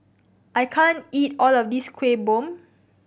I can't eat all of this Kuih Bom